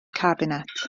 cabinet